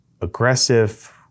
aggressive